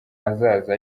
hazaza